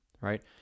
right